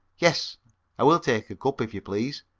yes i will take a cup, if you please.